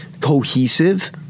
cohesive